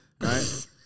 Right